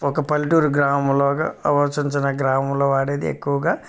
ఒక పల్లెటూరి గ్రామంలో ఒక చిన్న చిన్న గ్రామంలో ఆడేది ఎక్కువగా